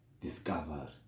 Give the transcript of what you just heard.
discover